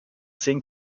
zehn